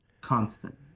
constant